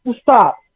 Stop